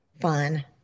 Fun